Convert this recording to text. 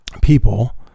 people